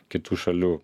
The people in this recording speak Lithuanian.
kitų šalių